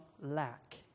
lack